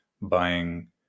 buying